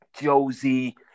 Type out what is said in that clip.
Josie